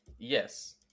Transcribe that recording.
Yes